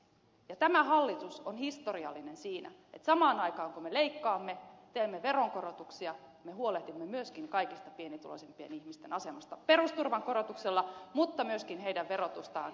ja tämä hallitus on historiallinen siinä että samaan aikaan kun me leikkaamme ja teemme veronkorotuksia me huolehdimme myöskin kaikista pienituloisimpien ihmisten asemasta perusturvan korotuksella mutta myöskin heidän verotustaan keventämällä